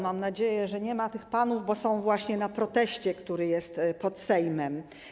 Mam nadzieję, że nie ma tych panów, bo są właśnie na proteście, który jest pod Sejmem.